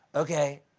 okay,